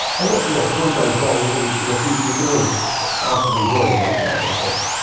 and look you know, if it all goes wrong in in the future, we could always ask to rejoin again, couldn't we, i guess?